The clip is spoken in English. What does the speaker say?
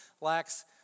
lacks